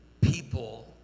People